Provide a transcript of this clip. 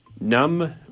Numb